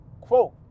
quote